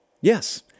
Yes